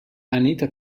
anita